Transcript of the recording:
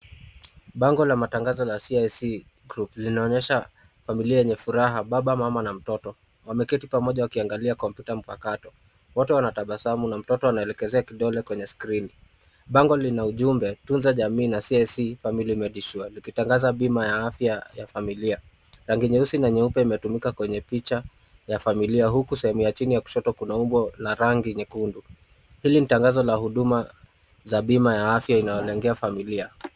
Bango la matangazo la CIC Group linaonyesha familia yenye furaha, baba, mama na mtoto. Wameketi pamoja wakiangalia kompyuta mpakato. Wote wanatabasamu na mtoto anaelekezea kidole kwenye skrini. Bango lina ujumbe, tunza jamii na CIC Family Medisure , likitangaza bima ya afya ya familia. Rangi nyeusi na nyeupe imetumika kwenye picha ya familia huku sehemu ya chini ya kushoto kuna umbo la rangi nyekundu. Hili ni tangazo la huduma za bima ya afya inayolengea familia.